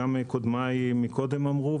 גם קודמי מקודם אמרו,